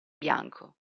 bianco